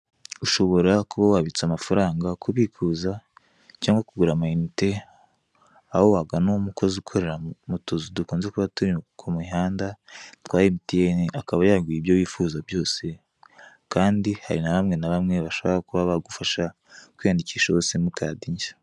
Ushobora kuba wabitsa amafaranga, kubikuza cyangwa kugura amayinite aho wagana umukozi ukorera m'utuzu dukunze kuba turi kumihanda twa MTN.Akaba yaguha ibyo wifuza byose Kandi hari nabamwe nabamwe bashobora kuba bagufasha kw'iyandikishaho simu kadi nshya.